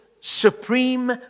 supreme